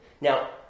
Now